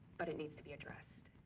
but it needs to be addressed.